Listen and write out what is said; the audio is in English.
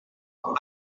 help